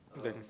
then